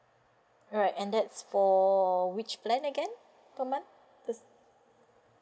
right and that's for which plan again per month